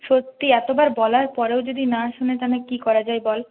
সত্যি এতবার বলার পরেও যদি না শোনে তাহলে কি করা যায় বল